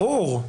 ברור.